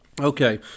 Okay